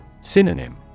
Synonym